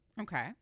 Okay